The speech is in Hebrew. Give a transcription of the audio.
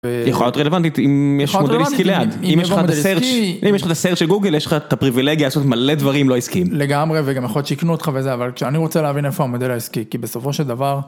יכולה להיות רלוונטית אם יש מודל עסקי ליד, אם יש לך את ה-search של גוגל יש לך את הפריבילגיה לעשות מלא דברים לא עסקים, לגמרי וגם יכול להיות שיקנו אותך וזה אבל כשאני רוצה להבין איפה המודל העסקי כי בסופו של דבר.